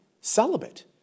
celibate